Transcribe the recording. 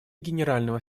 генерального